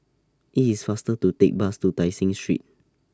IT IS faster to Take Bus to Tai Seng Street